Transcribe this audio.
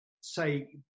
say